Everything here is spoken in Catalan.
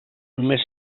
només